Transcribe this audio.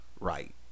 right